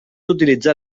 utilitzar